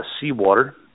seawater